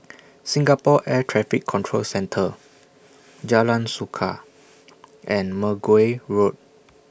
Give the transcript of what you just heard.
Singapore Air Traffic Control Centre Jalan Suka and Mergui Road